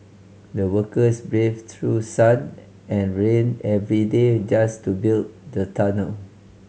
the workers braved through sun and rain every day just to build the tunnel